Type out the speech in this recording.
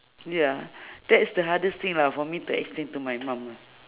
ya that's the hardest thing lah for me to explain to my mum